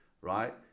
right